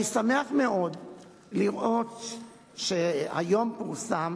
אני שמח מאוד לראות שהיום פורסמה